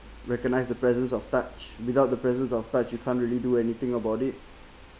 recognise the presence of touch without the presence of touch you can't really do anything about it